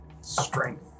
Strength